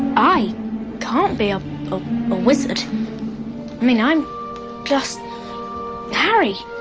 i can't be a wizard. i mean i'm just harry,